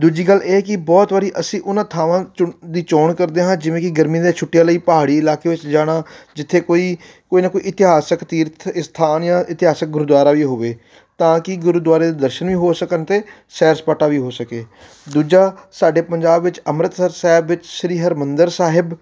ਦੂਜੀ ਗੱਲ ਇਹ ਕਿ ਬਹੁਤ ਵਾਰੀ ਅਸੀਂ ਉਹਨਾਂ ਥਾਵਾਂ ਚੁਣ ਦੀ ਚੋਣ ਕਰਦੇ ਹਾਂ ਜਿਵੇਂ ਕਿ ਗਰਮੀਆਂ ਦੀਆਂ ਛੁੱਟੀਆਂ ਲਈ ਪਹਾੜੀ ਇਲਾਕੇ ਵਿੱਚ ਜਾਣਾ ਜਿੱਥੇ ਕੋਈ ਕੋਈ ਨਾ ਕੋਈ ਇਤਿਹਾਸਕ ਤੀਰਥ ਅਸਥਾਨ ਜਾਂ ਇਤਿਹਾਸਕ ਗੁਰਦੁਆਰਾ ਵੀ ਹੋਵੇ ਤਾਂ ਕਿ ਗੁਰਦੁਆਰੇ ਦੇ ਦਰਸ਼ਨ ਵੀ ਹੋ ਸਕਣ ਅਤੇ ਸੈਰ ਸਪਾਟਾ ਵੀ ਹੋ ਸਕੇ ਦੂਜਾ ਸਾਡੇ ਪੰਜਾਬ ਵਿੱਚ ਅੰਮ੍ਰਿਤਸਰ ਸਾਹਿਬ ਵਿੱਚ ਸ੍ਰੀ ਹਰਿਮੰਦਰ ਸਾਹਿਬ